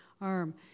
arm